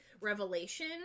revelation